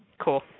Cool